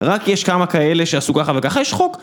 רק יש כמה כאלה שעשו ככה וככה, יש חוק.